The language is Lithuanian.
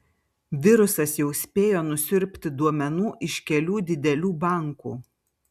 virusas jau spėjo nusiurbti duomenų iš kelių didelių bankų